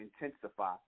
intensify